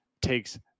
takes